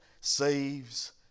saves